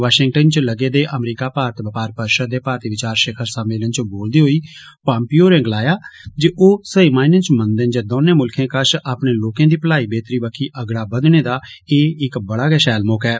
Washington च लगे दे अमरीका भारत बपार परिषद दे भारती विचार शिखर सम्मेलन च बोलदे होई पोम्पियो ओरें गलाया जे ओ सेई मायने च मनदे न जे दौने मुल्खे कश अपने लोकें दी भलाई बेहतरी बक्खी अग्गड़ा बद्दने दा एक इक्क शैल मौका ऐ